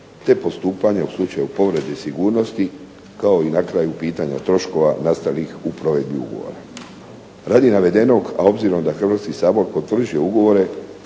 te postupanje u slučaju povrede sigurnosti kao i na kraju pitanja troškova nastalih u provedbi ugovora. Radi navedenog, a obzirom da Hrvatski sabor potvrđuje ugovore